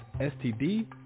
STD